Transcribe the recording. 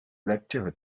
lecture